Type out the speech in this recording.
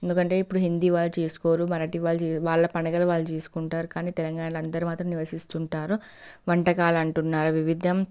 ఎందుకంటే ఇప్పుడు హిందీ వాళ్ళు చేసుకోరు మరాటి వాళ్ళు వాళ్ళ పండగలో వాళ్ళు చేసుకుంటారు కానీ తెలంగాణలో అందరూ మాత్రం నివసిస్తుంటారు వంటకాలు అంటున్నారు వివిధ